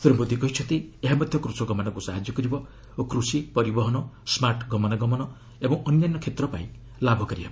ଶ୍ରୀ ମୋଦି କହିଛନ୍ତି ଏହା ମଧ୍ୟ କୃଷକମାନଙ୍କୁ ସାହାଯ୍ୟ କରିବ ଓ କୃଷି ପରିବହନ ସ୍କାର୍ଟ ଗମନାଗମନ ଓ ଅନ୍ୟାନ୍ୟ କ୍ଷେତ୍ର ପାଇଁ ଲାଭକାରୀ ହେବ